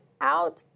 out